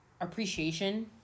appreciation